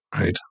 right